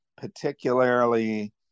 particularly